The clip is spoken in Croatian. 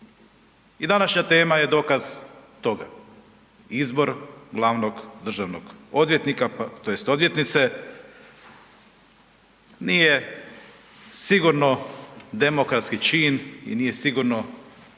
I današnja tema je dokaz toga, izbor glavnog državnog odvjetnika tj. odvjetnice, nije sigurno demokratski čin i nije sigurno